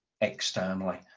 externally